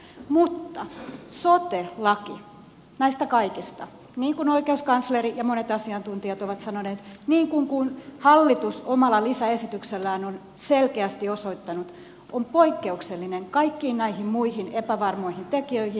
mutta sote laki näistä kaikista niin kuin oikeuskansleri ja monet asiantuntijat ovat sanoneet niin kuin hallitus omalla lisäesityksellään on selkeästi osoittanut on poikkeuksellinen kaikkiin näihin muihin epävarmoihin tekijöihin